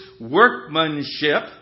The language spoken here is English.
workmanship